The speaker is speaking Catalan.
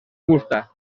fusta